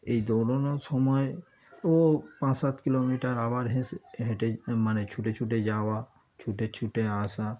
এই দৌড়োনোর সময় ও পাঁচ সাত কিলোমিটার আবার হেঁসে হেঁটে এই মানে ছুটে ছুটে যাওয়া ছুটে ছুটে আসা